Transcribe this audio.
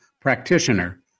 practitioner